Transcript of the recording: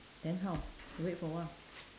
then how wait for a while